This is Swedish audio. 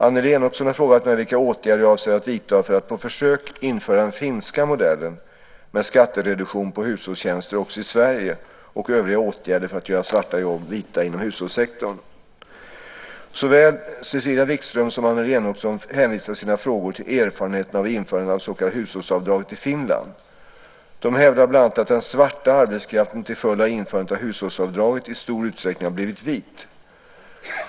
Annelie Enochson har frågat mig vilka åtgärder jag avser att vidta för att på försök införa den finska modellen med skattereduktion på hushållstjänster också i Sverige och övriga åtgärder för att göra svarta jobb vita inom hushållstjänstesektorn. Såväl Cecilia Wikström som Annelie Enochson hänvisar i sina frågor till erfarenheterna av införandet av det så kallade hushållsavdraget i Finland. De hävdar bland annat att den svarta arbetskraften till följd av införandet av hushållsavdraget i stor utsträckning har blivit vit.